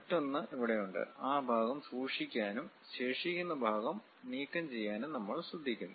മറ്റൊന്ന് ഇവിടെയുണ്ട് ആ ഭാഗം സൂക്ഷിക്കാനും ശേഷിക്കുന്ന ഭാഗം നീക്കംചെയ്യാനും നമ്മൾ ശ്രമിക്കുന്നു